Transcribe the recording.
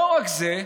לא רק זה.